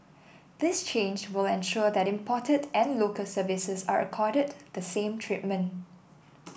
this change will ensure that imported and Local Services are accorded the same treatment